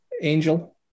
Angel